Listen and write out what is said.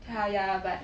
yeah yeah but